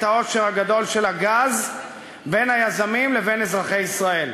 העושר הגדול של הגז בין היזמים לבין אזרחי ישראל.